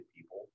people